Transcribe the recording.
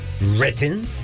written